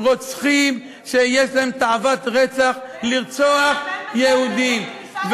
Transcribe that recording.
רוצחים שיש להם תאוות רצח לרצוח יהודים,